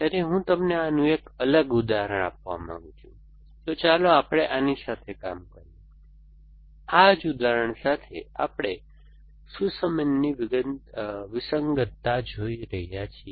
તેથી હું તમને આનું એક અલગ ઉદાહરણ આપવા માંગુ છું તો ચાલો આપણે આની સાથે કામ કરીયે આ જ ઉદાહરણ સાથે આપણે સુસમેનની વિસંગતતા જોઈ રહ્યા છીએ